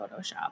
Photoshop